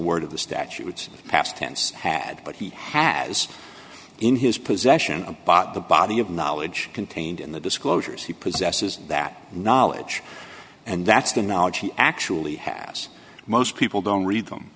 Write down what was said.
word of the statutes of past tense had but he has in his possession a bought the body of knowledge contained in the disclosures he possesses that knowledge and that's the knowledge he actually has most people don't read them